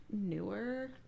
newer